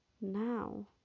Now